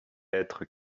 hêtres